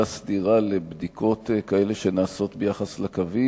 סדירה לבדיקות כאלה שנעשות ביחס לקווים,